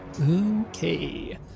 Okay